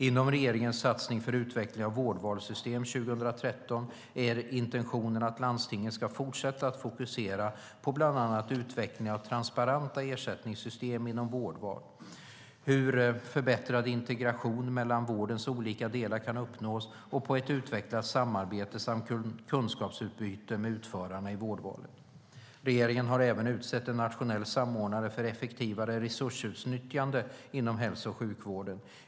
Inom regeringens satsning för utveckling av vårdvalssystem 2013 är intentionen att landstingen ska fortsätta att fokusera på bland annat utveckling av transparenta ersättningssystem inom vårdval, på hur förbättrad integration mellan vårdens olika delar kan uppnås och på ett utvecklat samarbete samt kunskapsutbyte med utförarna i vårdvalen. Regeringen har även utsett en nationell samordnare för effektivare resursutnyttjande inom hälso och sjukvården.